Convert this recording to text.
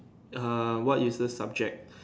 err what useless subject